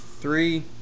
Three